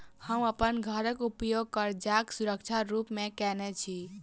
हम अप्पन घरक उपयोग करजाक सुरक्षा रूप मेँ केने छी